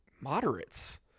moderates